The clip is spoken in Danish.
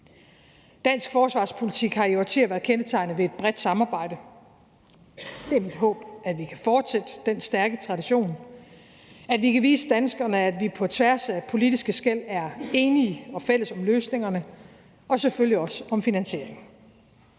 Dansk forsvarspolitik har i årtier været kendetegnet ved et bredt samarbejde. Det er mit håb, at vi kan fortsætte den stærke tradition; at vi kan vise danskerne, at vi på tværs af politiske skel er enige og fælles om løsningerne og selvfølgelig også om finansieringen.